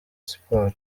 siporo